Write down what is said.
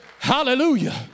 Hallelujah